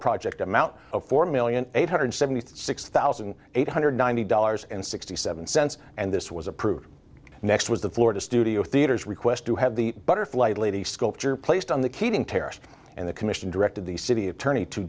project amount of four million eight hundred seventy six thousand eight hundred ninety dollars and sixty seven cents and this was approved next was the florida studio theatre's request to have the butterfly lady sculpture placed on the keating terrace and the commission directed the city attorney to